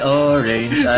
orange